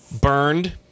burned